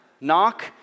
Knock